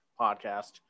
podcast